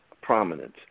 prominence